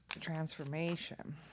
transformation